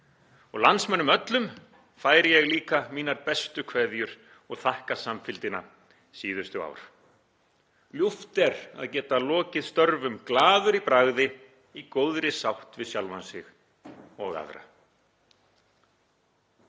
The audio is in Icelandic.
Landsmönnum öllum færi ég líka mínar bestu kveðjur og þakka samfylgdina síðustu ár. Ljúft er að geta lokið störfum glaður í bragði, í góðri sátt við sjálfan sig og aðra.